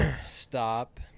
stop